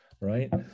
right